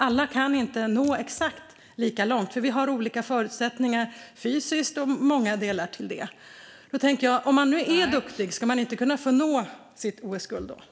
Alla kan inte nå exakt lika långt. Vi har olika förutsättningar fysiskt och i många andra delar. Om man är duktig, ska man då inte kunna få nå sitt mål, att ta OS-guld?